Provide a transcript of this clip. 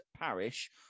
parish